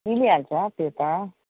मिलिहाल्छ त्यो त